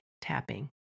tapping